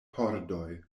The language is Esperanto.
pordoj